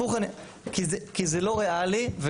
כי זה לא ריאלי,